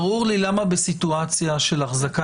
ברור לי למה בסיטואציה של החזקה,